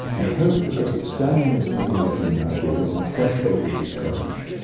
and hope, because that standing, as many of you now do, on the threshold of this college,